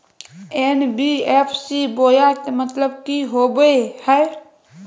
NBFC बोया के मतलब कि होवे हय?